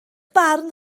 barn